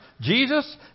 Jesus